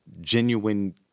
genuine